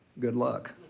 good luck.